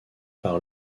par